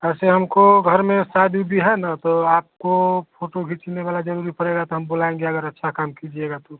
ऐसे हमको घर में शादी भी है न तो आपको फ़ोटो खींचने वाला ज़रूरी पड़ेगा तो हम बुलाएंगे अगर अच्छा काम कीजिएगा तो